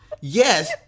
yes